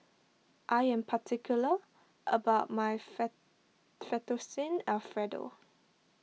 I am particular about my Fettuccine Alfredo